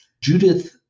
Judith